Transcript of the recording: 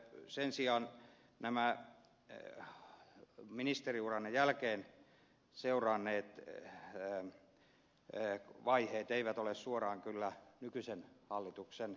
sen sijaan nämä ministeriuranne jälkeen seuranneet vaiheet eivät ole suoraan kyllä nykyisen hallituksen syytä